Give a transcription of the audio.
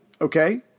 Okay